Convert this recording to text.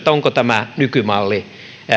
onko tämä nykymalli